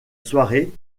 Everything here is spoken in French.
soirée